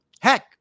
Heck